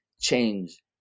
change